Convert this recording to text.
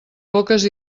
poques